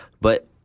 But-